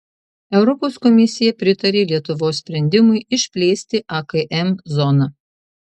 europos komisija pritarė lietuvos sprendimui išplėsti akm zoną